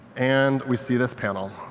and we see this panel.